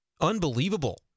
unbelievable